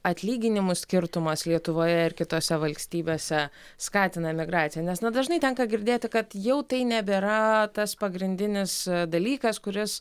atlyginimų skirtumas lietuvoje ir kitose valstybėse skatina emigraciją nes na dažnai tenka girdėti kad jau tai nebėra tas pagrindinis dalykas kuris